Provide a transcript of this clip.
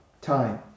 time